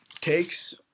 takes